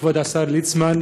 כבוד השר ליצמן,